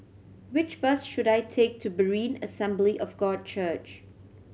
which bus should I take to Berean Assembly of God Church